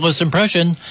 impression